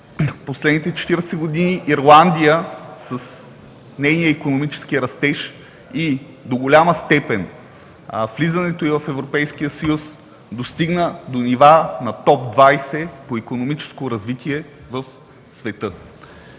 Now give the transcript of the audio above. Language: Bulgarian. последните 40 години Ирландия с нейния икономически растеж и до голяма степен с влизането й в Европейския съюз достигна до нива на Топ 20 по икономическо развитие в света.